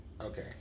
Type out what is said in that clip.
okay